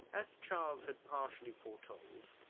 as charles had partially foretold,